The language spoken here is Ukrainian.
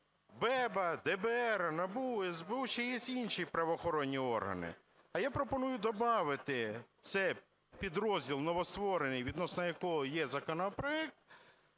БЕБ, ДБР, НАБУ, СБУ, ще є інші правоохоронні органи. А я пропоную добавити цей підрозділ новостворений, відносного якого є законопроект,